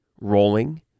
rolling